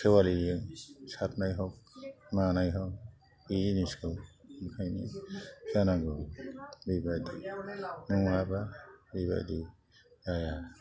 खेवालिजों सारनाय हग मानाय हग बे जिनिसखौ ओंखायनो जानांगौ बेबायदि नङाबा बेबायदि जाया